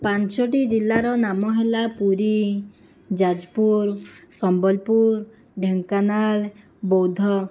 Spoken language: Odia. ପାଞ୍ଚଟି ଜିଲ୍ଲାର ନାମ ହେଲା ପୁରୀ ଯାଜପୁର ସମ୍ବଲପୁର ଢେଙ୍କାନାଳ ବୌଦ୍ଧ